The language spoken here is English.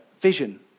vision